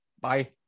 Bye